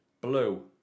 Blue